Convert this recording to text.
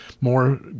more